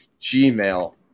Gmail